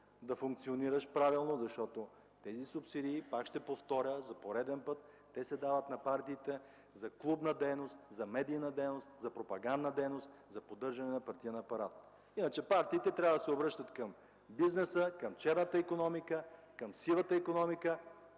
да функционираш правилно, защото ще повторя пак и за пореден път: тези субсидии се дават на партиите за клубна дейност, за медийна дейност, за пропагандна дейност, за поддържане на партиен апарат. Иначе партиите трябва да се обръщат към бизнеса, към черната, към сивата икономика.